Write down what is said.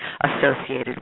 associated